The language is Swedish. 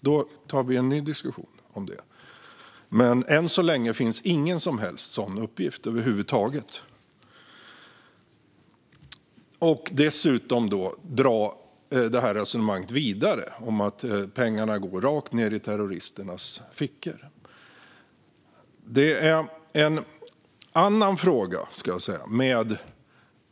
Då tar vi en ny diskussion om detta, men än så länge finns ingen sådan uppgift över huvud taget. Resonemanget dras dessutom vidare - att pengarna skulle gå rakt ned i terroristernas fickor. Arbetet inom ARTF är en annan fråga.